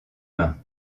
mains